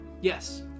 Yes